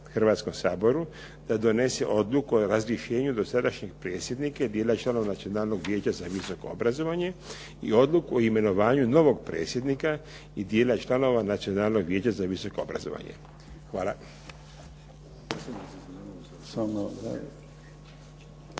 Hrvatskom saboru da donese Odluku o razrješenju dosadašnjeg predsjednika i dijela članova Nacionalnog vijeća za visoko obrazovanje i Odluku o imenovanju novog predsjednika i dijela članova Nacionalnog vijeća za visoko obrazovanje. Hvala.